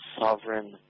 sovereign